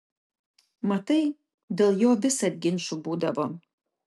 matai dėl jo visad ginčų būdavo